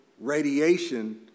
radiation